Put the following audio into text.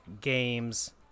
games